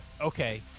okay